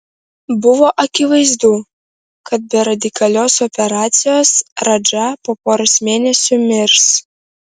buvo akivaizdu kad be radikalios operacijos radža po poros mėnesių mirs